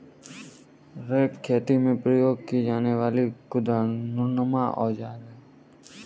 rake खेती में प्रयोग की जाने वाली कुदालनुमा औजार है